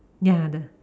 ya the